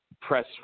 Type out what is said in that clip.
press